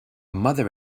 mother